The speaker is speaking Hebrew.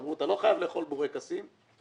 אמרו שאתה לא חייב לאכול בורקסים אלא